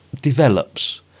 develops